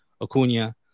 Acuna